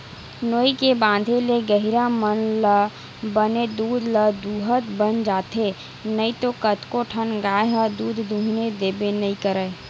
नोई के बांधे ले गहिरा मन ल बने दूद ल दूहूत बन जाथे नइते कतको ठन गाय ह दूद दूहने देबे नइ करय